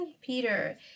Peter